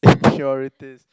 impurities